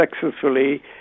successfully